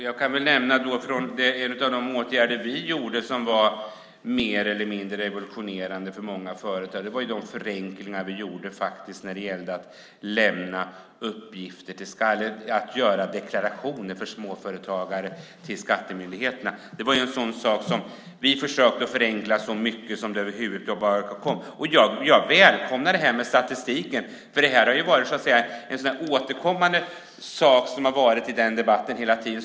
Fru talman! Jag kan nämna en av de åtgärder som vi vidtog som var mer eller mindre revolutionerande för många företag. Det var de förenklingar vi gjorde när det gäller att göra deklarationen för småföretagare till skattemyndigheterna. Det var en sak som vi försökte förenkla så mycket som det över huvud taget gick. Jag välkomnar det här med statistiken, för detta har varit en återkommande sak i debatten hela tiden.